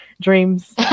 dreams